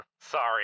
Sorry